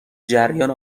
جریان